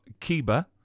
Kiba